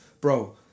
Bro